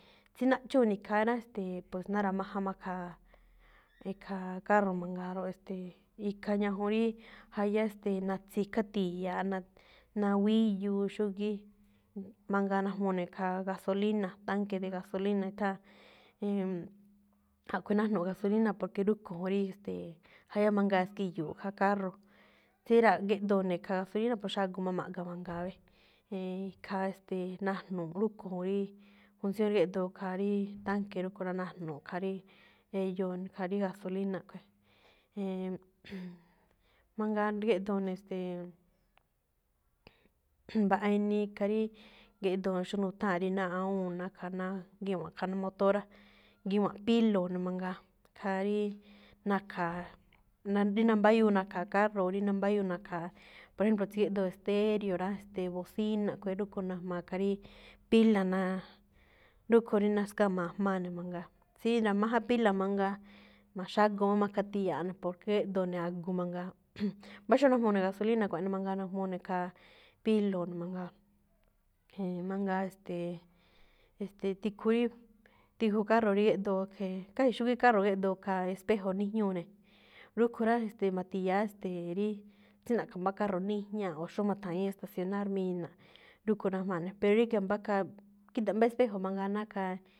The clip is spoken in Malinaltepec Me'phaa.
Xí naꞌchúu̱ ne̱ ikhaa rá, ste̱e̱, pos nára̱máján máꞌ khaa, e̱khaa carro mangaa róꞌ. E̱ste̱e̱, ikhaa ñajuun rí jayá, e̱ste̱, natsikhá ti̱ya̱aꞌ, na- nawíyuu xúgíí. Mangaa najmuu ne̱ khaa gasolina, tanque de gasolina, i̱tha̱án. E̱en, a̱ꞌkhue̱n najno̱ꞌ gasolina, porque rúꞌkho̱ juun rí, e̱ste̱e̱, jayá mangaa ski̱yu̱u̱ꞌ khaa carro. Tsé ra̱géꞌdoo ne̱ khaa, pos xágoo máꞌma̱ꞌga mangaa. E̱e̱n, khaa e̱ste̱e̱, najnu̱uꞌ rúꞌkho̱ juun rí, función rí géꞌdoo khaa rí tanque rúꞌkho̱ rá, najnu̱uꞌ khaa rí eyoo ne̱, khaa rí gasolina khue̱n. E̱e̱n, mangaa géꞌdoo ne̱, e̱ste̱e̱, mbaꞌa inii khaa rí, géꞌdoo xóo nutháa̱n rí ná awúun ná khaa ná gíwa̱nꞌ khaa motoor rá, gíwa̱nꞌ pílo̱o̱ ne̱ mangaa, khaa rí nakha̱a, na- rí nambáyúu nakha̱a carro, rí nambáyúu nakha̱a, por ejemplo tsí géꞌdoo estéreo rá, bocina khue̱n, rúꞌkho̱ najmaa khaa rí pila, naa, rúꞌkho̱ rí naskáma̱a jmáa ne̱ mangaa. Tsí ra̱máján pila mangaa, ma̱xágoo máꞌ ma̱khati̱ya̱aꞌ ne̱, porque éꞌdoo ne̱ mangaa. mbá xó najmuu ne̱ gasolina, kuaꞌnii mangaa najmuu ne̱, khaa, pílo̱o̱ ne̱ mangaa. E̱e̱n, mangaa, e̱ste̱e̱, e̱ste̱e̱, tikhu rí, tikhu carro rí géꞌdoo, ste̱e̱, casi xúgíí carro khaa espejo níjñúu ne̱, rúꞌkho̱ rá ma̱thi̱ya̱á, ste̱e̱, rí tsí na̱ꞌkha̱ mbá caro nijñáaꞌ o xóo ma̱tha̱ñi̱í estacionar mina̱ꞌ, rúꞌkhue̱n najmaa ne̱, pero ríga̱ mbá khaa, gída̱ꞌ mbá espejo mangaa ná khaa.